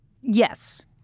Yes